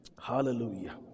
Hallelujah